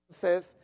says